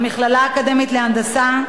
המכללה האקדמית להנדסה,